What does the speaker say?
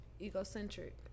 egocentric